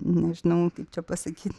nežinau kaip čia pasakyt